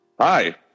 Hi